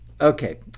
Okay